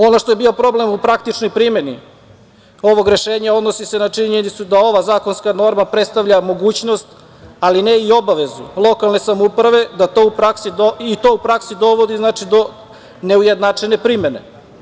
Ono što je bio problem u praktičnoj primeni ovog rešenja odnosi se na činjenicu da ova zakonska borba predstavlja mogućnost, ali ne i obavezu lokalne samouprave i to u praksi dovodi do neujednačene primene.